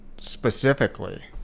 specifically